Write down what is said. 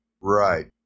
right